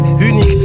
unique